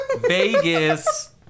Vegas